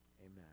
Amen